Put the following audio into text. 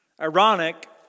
ironic